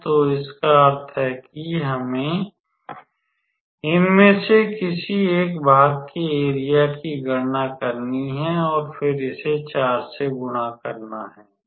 तो इसका अर्थ है कि हमें इनमें से किसी एक भाग के एरिया की गणना करनी है और फिर इसे 4 से गुणा करना है